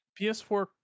PS4